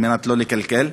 כדי לא לקלקל,